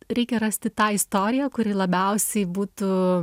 reikia rasti tą istoriją kuri labiausiai būtų